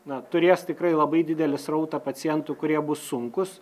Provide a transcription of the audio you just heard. na turės tikrai labai didelį srautą pacientų kurie bus sunkūs